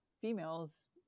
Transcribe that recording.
females